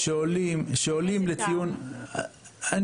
אני